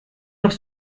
noch